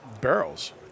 barrels